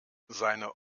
seine